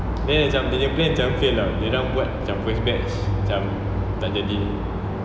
then macam dia nya plan macam fail [tau] dorang buat macam first batch macam tak jadi